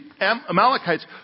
Amalekites